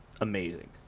amazing